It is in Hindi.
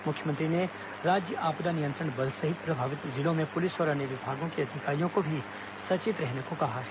मुख्यमंत्री ने राज्य आपदा नियंत्रण बल सहित प्रभावित जिलों में पुलिस और अन्य विभागों के अधिकारियों को भी सचेत रहने को कहा है